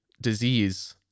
disease